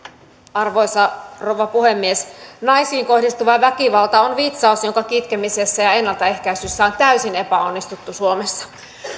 arvoisa rouva puhemies naisiin kohdistuva väkivalta on vitsaus jonka kitkemisessä ja ennaltaehkäisyssä on täysin epäonnistuttu suomessa